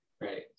Right